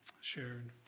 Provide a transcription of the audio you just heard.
shared